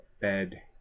bed